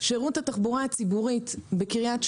שירות התחבורה הציבורית בקריית שמונה